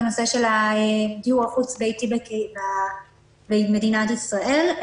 בנושא של הדיור החוץ-ביתי במדינת ישראל.